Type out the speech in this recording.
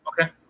Okay